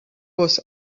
was